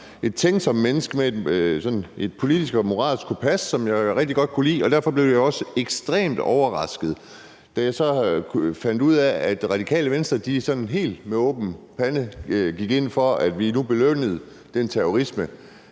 et tænksomt menneske med et politisk og moralsk kompas, som jeg rigtig godt kunne lide. Derfor blev jeg også ekstremt overrasket, da jeg så fandt ud af, at Radikale Venstre sådan helt med åben pande gik ind for, at vi nu belønnede den terrorisme,